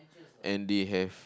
and they have